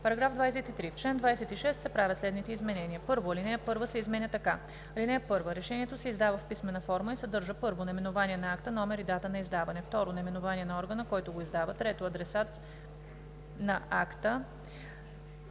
§ 23: „§ 23. В чл. 26 се правят следните изменения: 1. Алинея 1 се изменя така: „(1) Решението се издава в писмена форма и съдържа: 1. наименование на акта, номер и дата на издаване; 2. наименование на органа, който го издава; 3. адресат/и на акта;